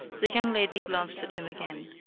the young lady glanced at him again.